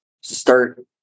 start